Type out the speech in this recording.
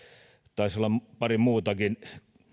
taisi olla pari muutakin